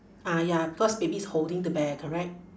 ah ya because baby is holding the bear correct